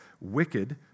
wicked